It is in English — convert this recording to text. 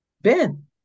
Ben